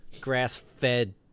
grass-fed